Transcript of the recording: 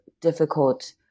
difficult